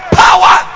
power